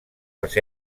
les